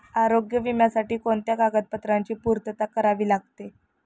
आरोग्य विम्यासाठी कोणत्या कागदपत्रांची पूर्तता करावी लागते?